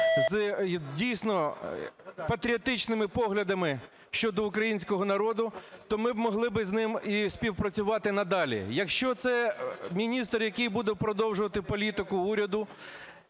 з дійсно патріотичними поглядами щодо українського народу, то ми б могли би з ним і співпрацювати надалі. Якщо це міністр, який буде продовжувати політику уряду